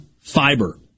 fiber